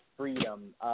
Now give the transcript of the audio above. Freedom